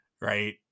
Right